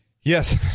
Yes